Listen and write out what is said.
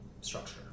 structure